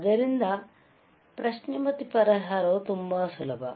ಆದ್ದರಿಂದ ಪ್ರಶ್ನೆ ಮತ್ತು ಪರಿಹಾರವೂ ತುಂಬಾ ಸುಲಭ